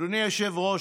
אדוני היושב-ראש,